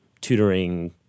tutoring